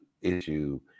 issue